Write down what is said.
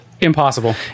Impossible